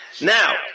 Now